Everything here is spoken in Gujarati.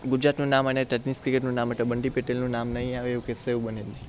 ગુજરાતનું નામ અને ટેનિસ ક્રિકેટનું નામ એટલે બંટી પટેલનું નામ નહીં આવે એવું બને જ નહીં